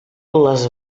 les